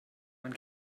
man